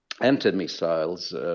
anti-missiles